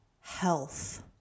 health